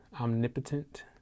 omnipotent